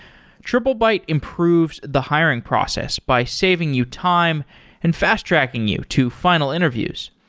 triplebyte improves the hiring process by saving you time and fast-tracking you to final interviews.